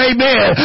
Amen